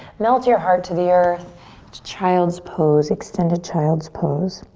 melt your heart to the earth to child's pose, extended child's pose.